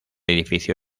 edificio